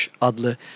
adlı